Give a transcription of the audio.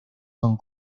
son